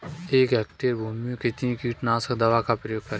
एक हेक्टेयर भूमि में कितनी कीटनाशक दवा का प्रयोग करें?